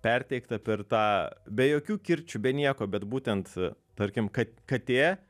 perteikta per tą be jokių kirčių be nieko bet būtent tarkim kat katė